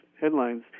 headlines